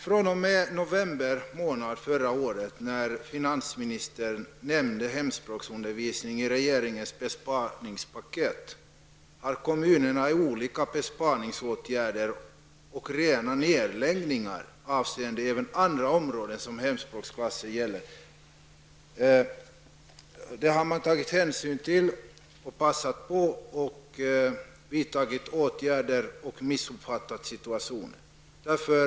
fr.o.m. november förra året, då finansministern nämnde hemspråksundervisningen i regeringens besparingspaket, har kommunerna gjort besparingar även i andra avseenden på hemspråksklasser, och i del fall har man helt lagt ned denna undervisning. Kommunerna har vidtagit åtgärder som berott på att man missuppfattat regeringens intentioner.